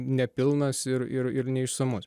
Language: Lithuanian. nepilnas ir ir ir neišsamus